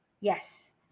Yes